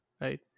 right